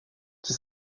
qui